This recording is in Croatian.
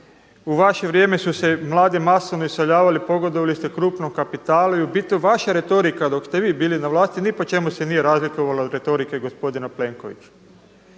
U vaše vrijeme su se mladi masovno iseljavali. Pogodovali ste krupnom kapitalu. I u biti vaša retorika dok ste vi bili na vlasti ni po čemu se nije razlikovala od retorike gospodina Plenkovića.